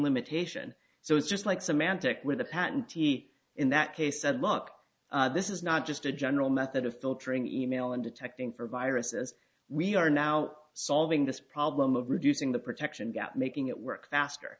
limitation so it's just like symantec with the patentee in that case said look this is not just a general method of filtering the email and detecting for viruses we are now solving this problem of reducing the protection gap making it work faster